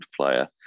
player